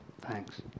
Thanks